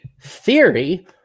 theory